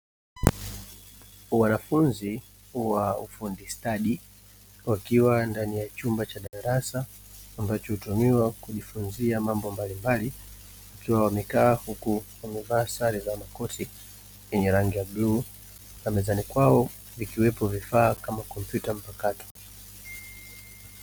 Wanafunzi wa ufundi stadi wakiwa ndani ya chumba cha darasa ambacho hutumiwa kujifunzia mambo mbalimbali, ikiwa wamekaa kwenye sali za makoti zenye rangi ya bluu, na mezani kwao vikiwepo vifaa kama kompyuta mpakato.